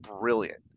brilliant